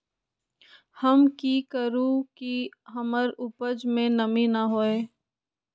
हम की करू की हमर उपज में नमी न होए?